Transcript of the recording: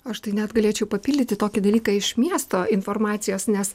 aš tai net galėčiau papildyti tokį dalyką iš miesto informacijos nes